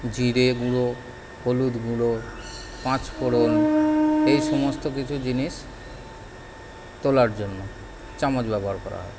জিরে গুঁড়ো হলুদ গুঁড়ো পাঁচ ফোঁড়ন এই সমস্ত কিছু জিনিস তোলার জন্য চামচ ব্যবহার করা হয়